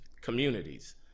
communities